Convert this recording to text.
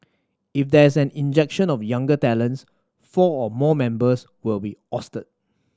if there is an injection of younger talents four or more members will be ousted